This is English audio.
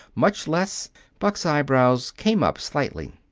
much less buck's eyebrows came up slightly.